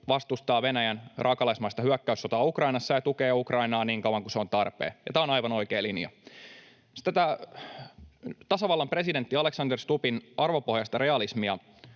vastustaa Venäjän raakalaismaista hyökkäyssotaa Ukrainassa ja tukee Ukrainaa niin kauan kuin se on tarpeen, ja tämä on aivan oikea linja. Tätä tasavallan presidentti Alexander Stubbin arvopohjaista realismia